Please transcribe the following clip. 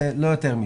לא יותר מזה.